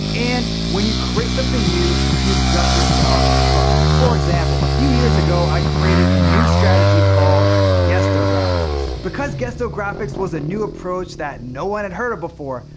and when you create something new, you've got yourself a hook. for example a few years ago i created a new strategy called guestographics. because guestographics was a new approach that no one had heard before,